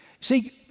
See